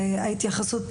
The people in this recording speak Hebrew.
ההתייחסות,